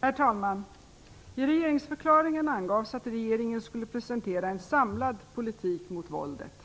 Herr talman! I regeringsförklaringen angavs att regeringen skulle presentera en samlad politik mot våldet.